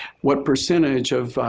what percentage of